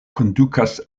kondukas